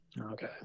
Okay